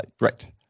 Right